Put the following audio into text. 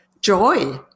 joy